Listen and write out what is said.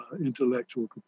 intellectual